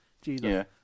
Jesus